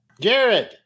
Jared